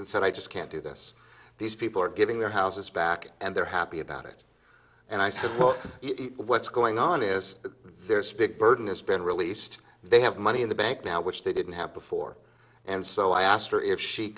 and said i just can't do this these people are giving their houses back and they're happy about it and i support what's going on is there's a big burden it's been released they have money in the bank now which they didn't have before and so i asked her if she